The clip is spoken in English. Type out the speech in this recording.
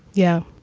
yeah.